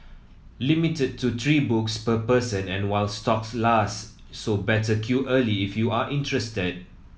limited to three books per person and while stocks last so better queue early if you are interested